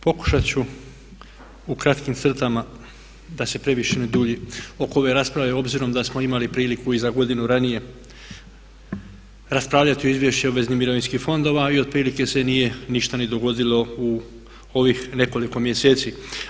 Pokušat ću u kratkim crtama da se previše ne dulji oko ove rasprave obzirom da smo imali priliku i za godinu ranije raspravljati o izvješćima o obveznim mirovinskim fondovima i otprilike se nije ništa ni dogodilo u ovih nekoliko mjeseci.